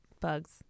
Bugs